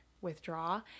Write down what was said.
withdraw